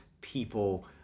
people